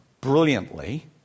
brilliantly